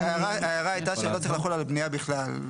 ההערה הייתה שלא צריך לחול על בנייה בכלל.